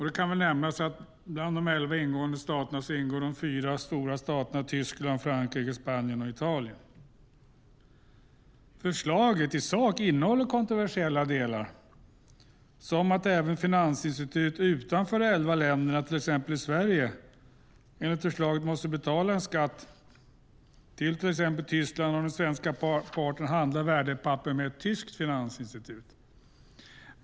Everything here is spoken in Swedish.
Det kan nämnas att bland de elva ingående staterna finns de fyra stora staterna Tyskland, Frankrike, Spanien och Italien. Förslaget i sak innehåller kontroversiella delar, som att även finansinstitut utanför de elva länderna, till exempel i Sverige, måste betala skatt till exempelvis Tyskland om den svenska parten handlar värdepapper med ett tyskt finansinstitut.